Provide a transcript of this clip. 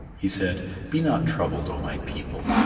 he said be not troubled, o my people!